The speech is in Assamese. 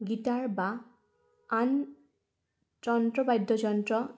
গীটাৰ বা আন যন্ত্ৰ বাদ্যযন্ত্ৰ